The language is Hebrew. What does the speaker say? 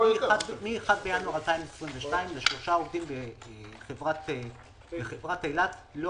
מ-1.1.2022 זה שלושה עובדים בחברת אילת - לא